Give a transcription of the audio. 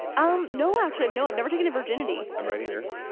um no, actually no, i've never taken a virginity. i'm right here.